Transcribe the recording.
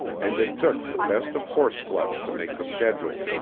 and it took the best of horseflesh to make the schedule.